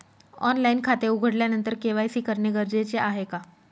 Online खाते उघडल्यानंतर KYC करणे गरजेचे आहे का?